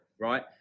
right